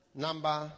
Number